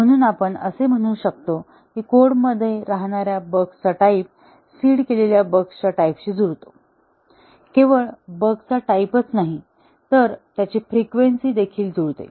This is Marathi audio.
म्हणून आपण असे म्हणू शकतो की कोडमध्ये राहणाऱ्या बग्सचा टाईप सीड केलेल्या बग्सच्या टाईपशी जुळतो केवळ बगचा टाईपच नाही तर त्यांची फ्रिक्वेन्सी देखील जुळते